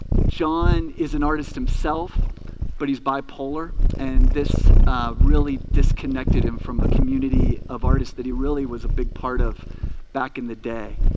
john is an artist himself but he's bipolar and this really disconnected him from a community of artists that he really was a big part of back in the day